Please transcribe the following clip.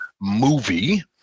movie